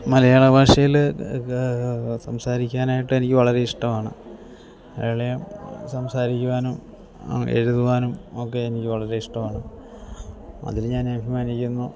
മലയാള ഭാഷയിൽ സംസാരിക്കാനായിട്ടെനിക്ക് വളരെ ഇഷ്ടമാണ് മലയാളം സംസാരിക്കുവാനും എഴുതുവാണ് ഒക്കെ എനിക്ക് വളരെ ഇഷ്ടവാണ് അതിൽ ഞാൻ അഭിമാനിക്കുന്നു